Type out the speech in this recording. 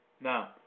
Now